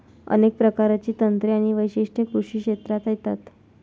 अनेक प्रकारची तंत्रे आणि वैशिष्ट्ये कृषी क्षेत्रात येतात